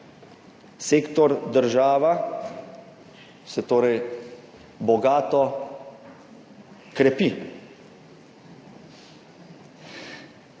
Sektor država se torej bogato krepi.